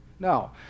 No